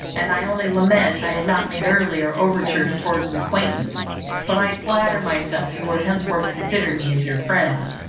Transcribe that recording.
and i only lament i had not made earlier overtures towards an acquaintance but i flatter myself you will henceforth consider me as your friend.